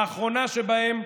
האחרונה שבהן,